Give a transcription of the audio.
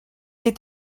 est